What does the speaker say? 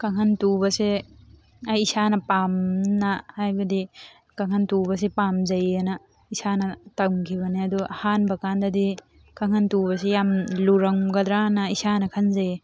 ꯀꯥꯡꯈꯟ ꯇꯨꯕꯁꯦ ꯑꯩ ꯏꯁꯥꯅ ꯄꯥꯝꯅ ꯍꯥꯏꯕꯗꯤ ꯀꯥꯡꯈꯟ ꯇꯨꯕꯁꯤ ꯄꯥꯝꯖꯩꯑꯅ ꯏꯁꯥꯅ ꯇꯝꯈꯤꯕꯅꯦ ꯑꯗꯨ ꯑꯍꯥꯟꯕ ꯀꯥꯟꯗꯗꯤ ꯀꯥꯡꯈꯟ ꯇꯨꯕꯁꯤ ꯌꯥꯝ ꯂꯨꯔꯝꯒꯗ꯭ꯔꯅ ꯏꯁꯥꯅ ꯈꯟꯖꯩꯌꯦ